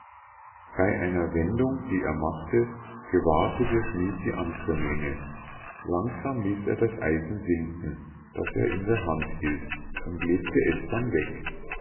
bei einer wendung die er machte gewahrte der schmied die ankömmlinge langsam ließ er das eisen sinken das er in der hand hielt und legte es dann weg